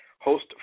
host